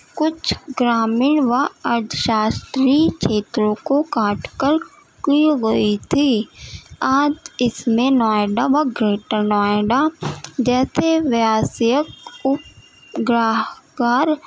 کچھ گرامیڑ و ارتھ شاشتری چھیتروں کو کاٹ کر کی گئی تھی آج اس میں نوئیڈا و گریٹر نوئیڈا جیسے ویاسیک اپ گراہ کار